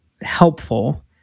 helpful